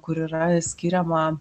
kur yra skiriama